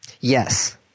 Yes